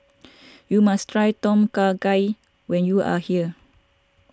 you must try Tom Kha Gai when you are here